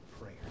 prayer